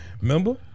Remember